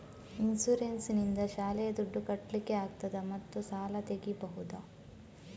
Insurance ನಿಂದ ಶಾಲೆಯ ದುಡ್ದು ಕಟ್ಲಿಕ್ಕೆ ಆಗ್ತದಾ ಮತ್ತು ಸಾಲ ತೆಗಿಬಹುದಾ?